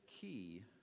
key